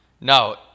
No